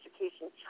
education